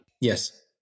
Yes